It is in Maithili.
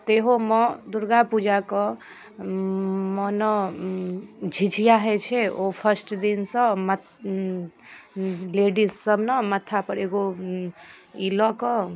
ताहूमे दुर्गापूजाके माने झिझिया होइ छै ओ फर्स्ट दिन सँ लेडीजसब ने माथा पर एगो ई लऽ कऽ